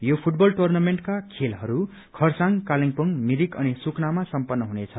यो फूटबल टुर्नामेन्टका खेलहरू खरसाङ कालेबुङ मिरिक अनि सुकुनामा सम्पन्न हुने छन्